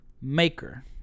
maker